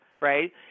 right